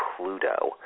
Pluto